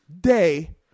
day